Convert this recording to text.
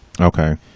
Okay